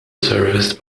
serviced